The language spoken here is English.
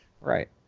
right